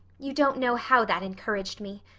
you don't know how that encouraged me.